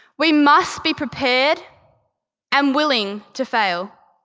we must be prepared and willing to fail.